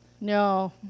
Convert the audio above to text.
No